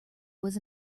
was